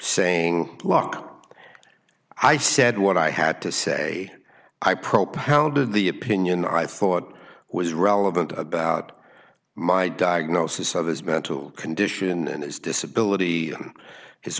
saying look i said what i had to say i propounded the opinion i thought was relevant about my diagnosis of his mental condition and his disability his